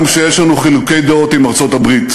גם כשיש לנו חילוקי דעות עם ארצות-הברית,